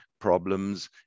Problems